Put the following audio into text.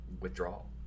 withdrawal